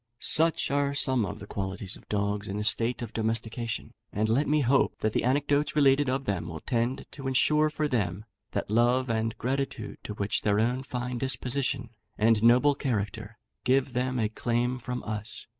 such are some of the qualities of dogs in a state of domestication, and let me hope that the anecdotes related of them will tend to insure for them that love and gratitude to which their own fine disposition and noble character give them a claim from us.